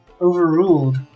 Overruled